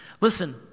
Listen